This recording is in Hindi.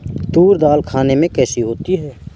तूर दाल खाने में कैसी होती है?